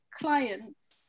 clients